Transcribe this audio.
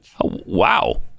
Wow